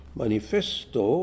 manifesto